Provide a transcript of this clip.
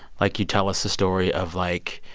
like, you tell us the story of, like,